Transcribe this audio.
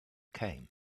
came